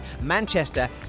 Manchester